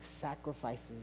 sacrifices